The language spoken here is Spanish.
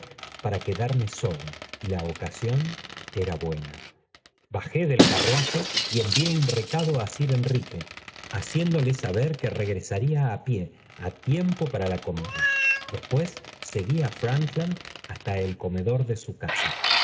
para queaarme solo y la ocasión era buena bajé del carruaje y envió un recado á sir enrique haciéndole baber que regresaría á pie á tiempo para la comida después seguí á frankland hasta el comedor de su casa